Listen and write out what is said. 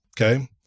Okay